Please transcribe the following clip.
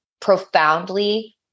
profoundly